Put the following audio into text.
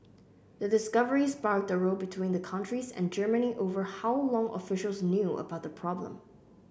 the discovery sparked a row between the countries and Germany over how long officials knew about the problem